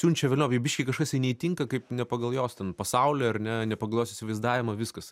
siunčia velniop jai biškį kažkas ten neįtinka kaip ne pagal jos ten pasaulį ar ne ne pagal jos įsivaizdavimą viskas